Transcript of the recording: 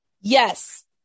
Yes